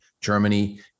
Germany